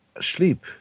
Sleep